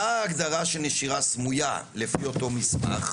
מה ההגדרה של "נשירה סמויה" לפי אותו מסמך?